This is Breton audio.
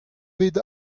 bet